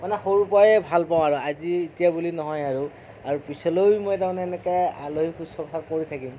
মানে সৰুৰে পৰাই ভাল পাওঁ আৰু আজি এতিয়া বুলি নহয় আৰু আৰু পিছলৈয়ো মই তাৰমানে এনেকৈ আলহীক শুশ্ৰূষা কৰি থাকিম